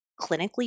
clinically